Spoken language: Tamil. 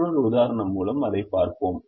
மற்றொரு உதாரணம் மூலம் அதைப் பார்ப்போம்